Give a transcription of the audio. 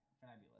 Fabulous